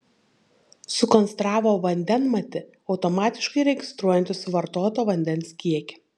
sukonstravo vandenmatį automatiškai registruojantį suvartoto vandens kiekį